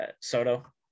Soto